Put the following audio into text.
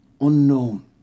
Unknown